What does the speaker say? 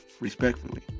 Respectfully